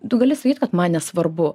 tu gali sakyt kad man nesvarbu